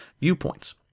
viewpoints